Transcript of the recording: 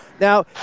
Now